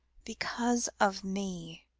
because of me,